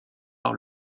par